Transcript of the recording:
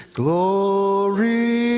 glory